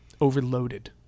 Overloaded